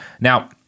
Now